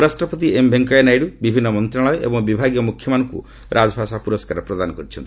ଉପରାଷ୍ଟ୍ରପତି ଏମ୍ ଭେଙ୍କିୟା ନାଇଡୁ ବିଭିନ୍ନ ମନ୍ତ୍ରଣାଳୟ ଏବଂ ବିଭାଗୀୟ ମୁଖ୍ୟମାନଙ୍କୁ ରାଜଭାଷା ପୁରସ୍କାର ପ୍ରଦାନ କରିଛନ୍ତି